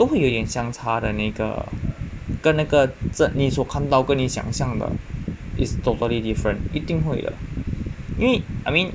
都会有点相差的那个跟那个你所看到跟你所想象的 is totally different 一定会的因为 I mean